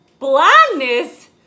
Blindness